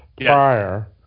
prior